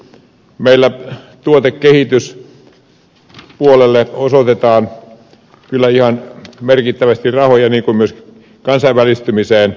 meillä tuotekehityspuolelle osoitetaan kyllä ihan merkittävästi rahoja niin kuin myös kansainvälistymiseen